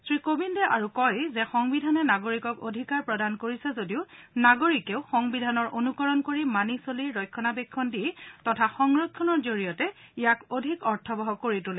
শ্ৰীকোবিন্দে আৰু কয় যে সংবিধানে নাগৰিকৰ অধিকাৰ প্ৰদান কৰিছে যদিও নাগৰিকেও সংবিধানৰ অনুকৰণ কৰি মানি চলি ৰক্ষণাবেক্ষণ দি তথা সংৰক্ষণৰ জৰিয়তে ইয়াক অধিক অৰ্থৱহ কৰি তোলে